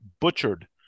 butchered